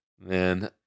Man